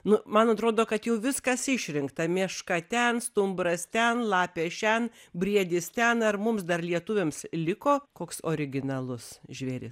na man atrodo kad jau viskas išrinkta meška ten stumbras ten lapė šen briedis ten ar mums dar lietuviams liko koks originalus žvėris